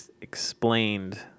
explained